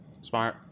Smart